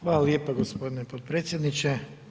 Hvala lijepa gospodine potpredsjedniče.